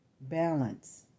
balance